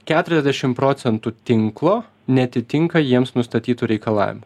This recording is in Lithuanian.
keturiasdešim procentų tinklo neatitinka jiems nustatytų reikalavimų